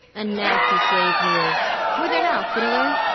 a nasty slave he is whither now, fiddler?